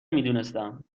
میدونستم